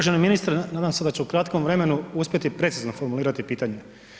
Uvaženi ministre nadam se da ću u kratkom vremenu uspjeti precizno formulirati pitanje.